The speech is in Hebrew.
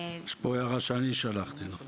יש פה הערה שאני שלחתי.